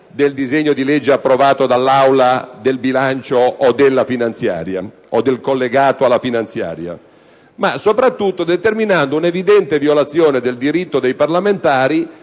del disegno di legge approvato dall'Aula, (del bilancio o della finanziaria o del collegato alla finanziaria) ma soprattutto si determinava una evidente violazione del diritto dei singoli parlamentari